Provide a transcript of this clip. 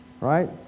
right